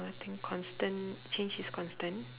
nothing constant change is constant